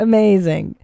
Amazing